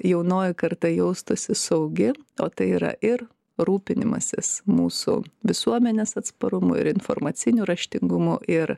jaunoji karta jaustųsi saugi o tai yra ir rūpinimasis mūsų visuomenės atsparumu ir informaciniu raštingumu ir